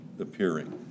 appearing